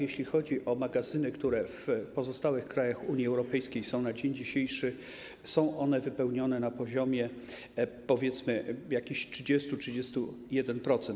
Jeśli chodzi o magazyny, które w pozostałych krajach Unii Europejskiej są na dzień dzisiejszy, są one wypełnione na poziomie, powiedzmy, jakichś 30-31%.